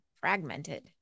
fragmented